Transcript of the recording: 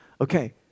Okay